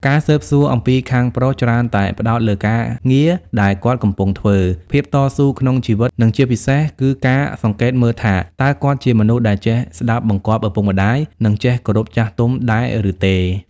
ការស៊ើបសួរអំពីខាងប្រុសច្រើនតែផ្ដោតលើការងារដែលគាត់កំពុងធ្វើ ភាពតស៊ូក្នុងជីវិត និងជាពិសេសគឺការសង្កេតមើលថាតើគាត់ជាមនុស្សដែលចេះស្ដាប់បង្គាប់ឪពុកម្ដាយ និងចេះគោរពចាស់ទុំដែរឬទេ។